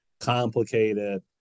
complicated